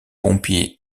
pompier